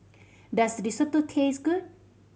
does Risotto taste good